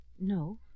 No